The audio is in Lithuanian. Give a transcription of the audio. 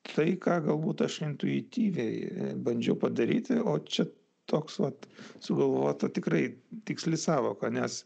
tai ką galbūt aš intuityviai bandžiau padaryti o čia toks vat sugalvota tikrai tiksli sąvoka nes